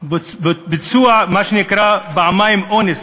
והביצוע הוא מה שנקרא פעמיים אונס,